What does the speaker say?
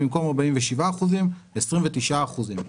במקום 47 אחוזים 29 אחוזים.